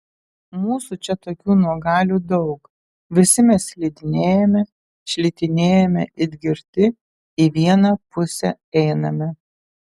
mūsų čia tokių nuogalių daug visi mes slidinėjame šlitinėjame it girti į vieną pusę einame